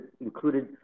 included